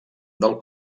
del